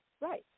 Right